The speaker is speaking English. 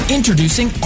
Introducing